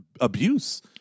abuse